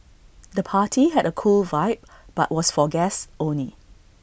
the party had A cool vibe but was for guests only